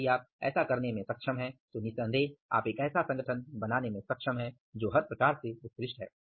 और यदि आप ऐसा करने में सक्षम हैं तो निस्संदेह आप एक ऐसा संगठन बनाने में सक्षम हैं जो हर प्रकार से उत्कृष्ट है